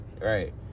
Right